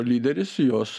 lyderis jos